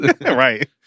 Right